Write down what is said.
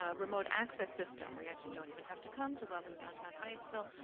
ah remote access system. we actually don't even have to come to lovely downtown hyattsville.